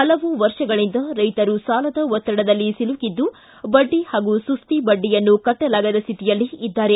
ಹಲವು ವರ್ಷಗಳಿಂದ ರೈತರು ಸಾಲದ ಒತ್ತಡದಲ್ಲಿ ಸಿಲುಕಿದ್ದು ಬಡ್ಡಿ ಹಾಗೂ ಸುಸ್ತಿ ಬಡ್ಡಿಯನ್ನು ಕಟ್ಟಲಾಗದ ಶ್ಯಿತಿಯಲ್ಲಿ ಇದ್ದಾರೆ